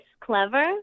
clever